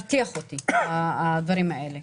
אותי, הדברים האלה.